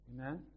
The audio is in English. amen